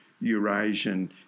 Eurasian